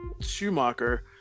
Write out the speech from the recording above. Schumacher